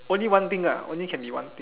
only one thing ah only can be one thing